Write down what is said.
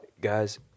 guys